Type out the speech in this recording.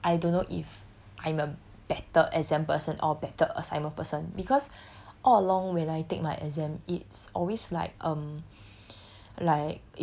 actually I don't know if I'm a better exam person or better assignment person because all along when I take my exam it's always like um